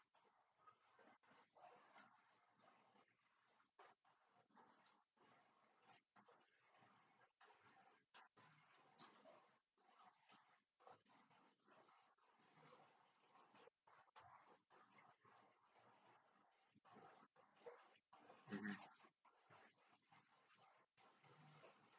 mmhmm